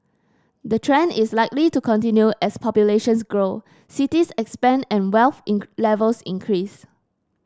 the trend is likely to continue as populations grow cities expand and wealth in levels increase